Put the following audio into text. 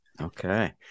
Okay